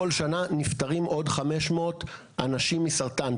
כל שנה נפטרים עוד 500 אנשים מסרטן,